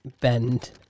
bend